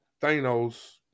Thanos